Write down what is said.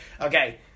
okay